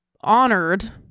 honored